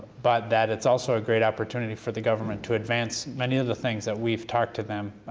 but that it's also a great opportunity for the government to advance many of the things that we've talked to them,